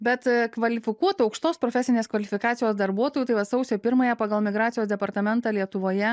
bet kvalifikuotų aukštos profesinės kvalifikacijos darbuotojų tai va sausio pirmąją pagal migracijos departamentą lietuvoje